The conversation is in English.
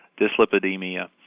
dyslipidemia